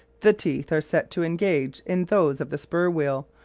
the teeth are set to engage in those of the spur-wheel,